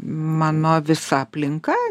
mano visa aplinka